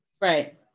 right